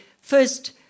first